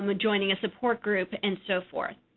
um joining a support group, and so forth.